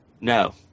No